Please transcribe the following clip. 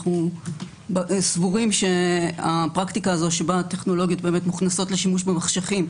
אנו סבורים שהפרקטיקה הזו שבה הטכנולוגיות מוכנות לשימוש במחשכים,